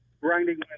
Grinding